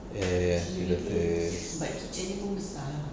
eh three daughters